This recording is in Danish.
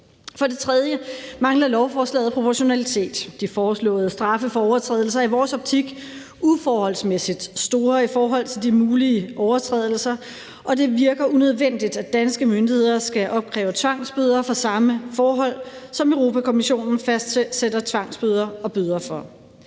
For det tredje mangler lovforslaget proportionalitet. De foreslåede straffe for overtrædelser er i vores optik uforholdsmæssigt store i forhold til de mulige overtrædelser, og det virker unødvendigt, at danske myndigheder skal opkræve tvangsbøder for samme forhold, som Europa-Kommissionen fastsætter tvangsbøder og bøder for.